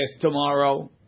tomorrow